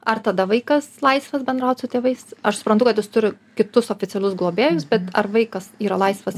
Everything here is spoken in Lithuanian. ar tada vaikas laisvas bendraut su tėvais aš suprantu kad jis turi kitus oficialius globėjus bet ar vaikas yra laisvas